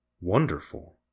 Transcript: wonderful